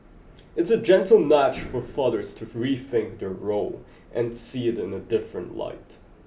it's a gentle nudge for fathers to rethink their role and see it in a different light